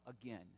again